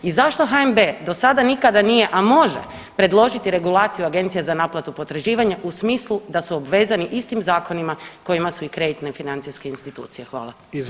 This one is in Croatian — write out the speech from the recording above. I zašto HNB do sada nikada nije, a može predložiti regulaciju Agencija za naplatu potraživanja u smislu da su obvezani istim zakonima kojima su i kreditne financijske institucije?